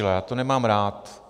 Já to nemám rád.